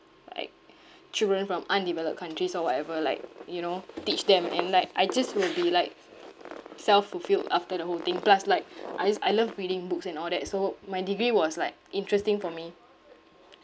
like children from undeveloped countries or whatever like you know teach them and like I just will be like self fulfilled after the whole thing plus like I is I love reading books and all that so my degree was like interesting for me